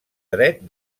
dret